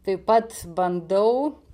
taip pat bandau